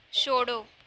छोड़ो